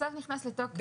הצו נכנס לתוקף,